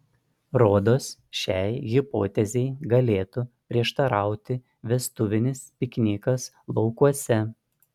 rodos šiai hipotezei galėtų prieštarauti vestuvinis piknikas laukuose